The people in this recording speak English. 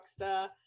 Rockstar